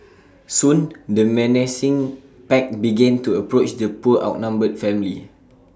soon the menacing pack began to approach the poor outnumbered family